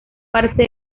parte